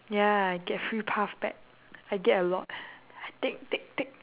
ya get free puff back I get a lot I take take take